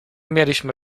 mieliśmy